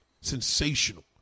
Sensational